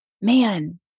man